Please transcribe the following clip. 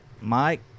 Mike